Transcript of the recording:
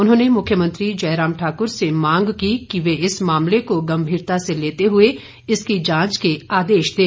उन्होंने मुख्यमंत्री जयराम ठाकुर से मांग की कि वे इस मामले को गंभीरता से लेते हुए इसकी जांच के आदेश दें